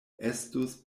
estus